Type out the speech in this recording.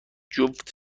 جفت